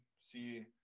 see